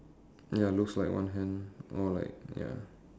ya looks like one hand or like ya